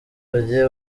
bagiye